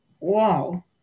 Wow